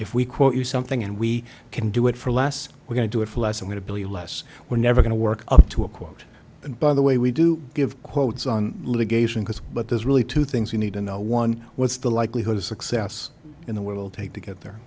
if we quote you something and we can do it for less we're going to if less i'm going to bill you less we're never going to work up to a quote and by the way we do give quotes on litigation costs but there's really two things you need to know one what's the likelihood of success in the world take to get there